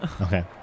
Okay